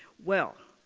well,